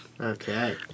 Okay